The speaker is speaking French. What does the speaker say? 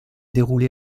déroulé